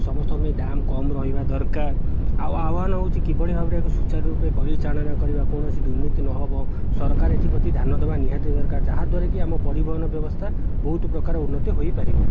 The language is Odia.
ସମସ୍ତଙ୍କ ପାଇଁ ଦାମ୍ କମ୍ ରହିବା ଦରକାର ଆଉ ଆହ୍ୱାନ ହେଉଛି କିଭଳି ଭାବରେ ଏକ ସୁଚାରୁ ରୂପେ ପରିଚାଳନା କରିବା କୌଣସି ଦୁର୍ନୀତି ନ ହେବ ସରକାର ଏଥିପ୍ରତି ଧ୍ୟାନ ଦେବା ନିହାତି ଦରକାର ଯାହାଦ୍ଵାରା କି ଆମ ପରିବହନ ବ୍ୟବସ୍ଥା ବହୁତ ପ୍ରକାର ଉନ୍ନତି ହୋଇପାରିବ